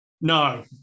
no